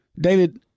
David